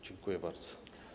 Dziękuję bardzo.